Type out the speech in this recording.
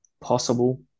Possible